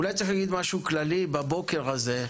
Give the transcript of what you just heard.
אולי צריך להגיד משהו כללי בבוקר הזה,